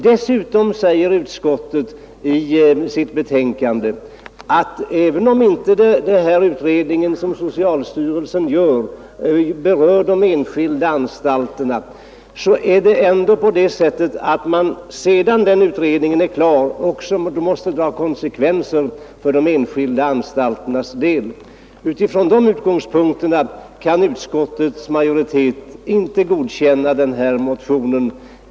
Dessutom säger utskottet i sitt betänkande att även om inte den utredning som socialstyrelsen gör berör de enskilda anstalterna måste man, sedan den utredningen är klar, också dra konsekvenser för de enskilda anstalternas del. Från dessa utgångspunkter kan utskottets majoritet inte godkänna den här motionen.